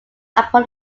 upon